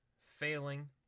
failing